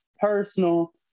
personal